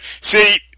See